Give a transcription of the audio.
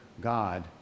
God